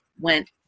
went